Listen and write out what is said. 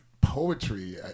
poetry